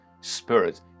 Spirit